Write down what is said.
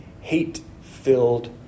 hate-filled